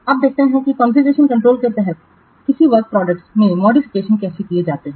अब देखते हैं कि कॉन्फ़िगरेशन कंट्रोल के तहत किसी वर्क प्रोडक्टस में मॉडिफिकेशन कैसे किए जाते हैं